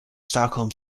stockholm